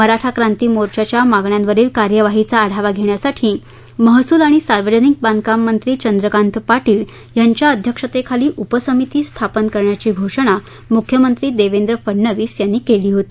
मराठा क्रांती मोर्चाच्या मागण्यांवरील कार्यवाहीचा आढावा घेण्यासाठी महसूल आणि सार्वजनिक बांधकाम मंत्री चंद्रकांत पाटील यांच्या अध्यक्षतेखाली उपसमिती स्थापन करण्याची घोषणा मुख्यमंत्री देवेंद्र फडणवीस यांनी केली होती